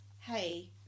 hey